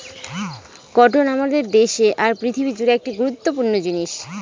cotton আমাদের দেশে আর পৃথিবী জুড়ে একটি খুব গুরুত্বপূর্ণ জিনিস